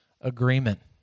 agreement